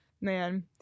man